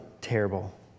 terrible